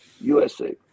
USA